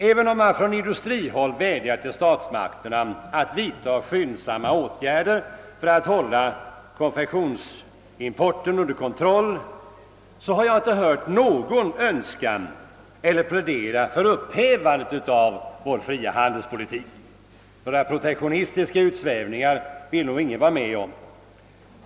Även om man från industrihåll vädjar till statsmakterna att vidtaga skynd samma åtgärder för att hålla konfektionsimporten under kontroll, har jag inte hört någon önska eller plädera för upphävandet av vår fria handelspolitik. Några protektionistiska utsvävningar vill nog ingen vara med om.